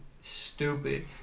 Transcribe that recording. stupid